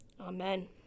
Amen